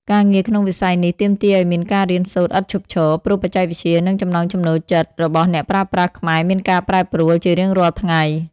ការងារក្នុងវិស័យនេះទាមទារឱ្យមានការរៀនសូត្រឥតឈប់ឈរ ព្រោះបច្ចេកវិទ្យា និងចំណង់ចំណូលចិត្តរបស់អ្នកប្រើប្រាស់ខ្មែរមានការប្រែប្រួលជារៀងរាល់ថ្ងៃ។